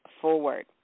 forward